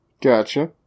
Gotcha